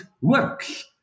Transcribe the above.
works